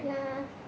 ya